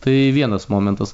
tai vienas momentas